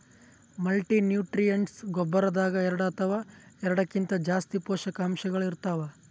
multinutrients ಗೊಬ್ಬರದಾಗ್ ಎರಡ ಅಥವಾ ಎರಡಕ್ಕಿಂತಾ ಜಾಸ್ತಿ ಪೋಷಕಾಂಶಗಳ್ ಇರ್ತವ್